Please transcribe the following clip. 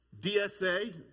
DSA